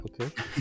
okay